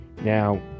Now